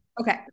Okay